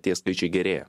tie skaičiai gerėja